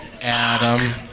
Adam